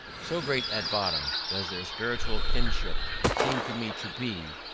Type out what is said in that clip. so great, at bottom, does their spiritual kinship seem to me to be,